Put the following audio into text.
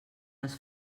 les